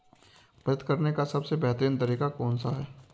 बचत करने का सबसे बेहतरीन तरीका कौन सा है?